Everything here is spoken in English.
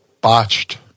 Botched